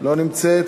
לא נמצאת.